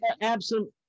absent